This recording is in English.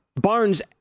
Barnes